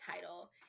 title